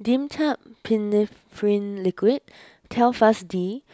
Dimetapp Phenylephrine Liquid Telfast D